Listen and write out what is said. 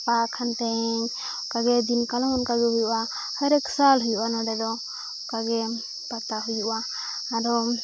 ᱜᱟᱯᱟ ᱠᱷᱟᱱ ᱛᱮᱦᱮᱧ ᱚᱱᱠᱟᱜᱮ ᱫᱤᱱᱠᱟᱞᱚᱢ ᱚᱱᱠᱟ ᱜᱮ ᱦᱩᱭᱩᱜᱼᱟ ᱦᱟᱨᱮᱠ ᱥᱟᱞ ᱦᱩᱭᱩᱜᱼᱟ ᱱᱚᱰᱮ ᱫᱚ ᱚᱱᱠᱟ ᱜᱮ ᱯᱟᱛᱟ ᱦᱩᱭᱩᱜᱼᱟ ᱟᱨᱦᱚᱸ